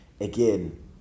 again